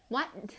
what